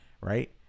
right